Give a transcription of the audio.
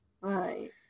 Right